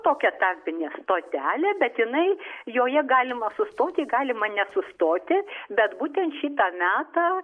tokia tarpinė stotelė bet jinai joje galima sustoti galima nesustoti bet būtent šitą metą